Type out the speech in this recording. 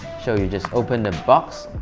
so you just open the and box